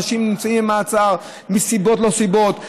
אנשים נמצאים במעצר מסיבות לא סיבות,